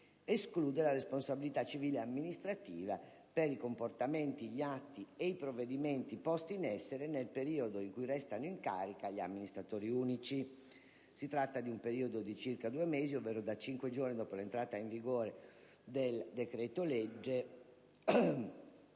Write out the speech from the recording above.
esclude la responsabilità civile ed amministrativa per i comportamenti, gli atti e provvedimenti posti in essere, nel periodo in cui restano in carica gli amministratori unici. Si tratta di un periodo di circa due mesi, che va da cinque giorni dopo l'entrata in vigore del decreto-legge